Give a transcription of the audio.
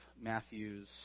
Matthew's